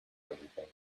everything